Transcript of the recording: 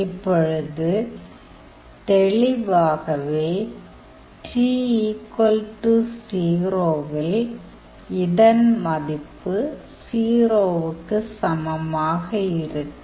இப்பொழுது தெளிவாகவே t 0 வில் இதன் மதிப்பு 0 வுக்கு சமமாக இருக்கும்